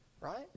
Right